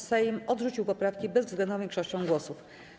Sejm odrzucił poprawki bezwzględną większością głosów.